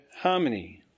harmony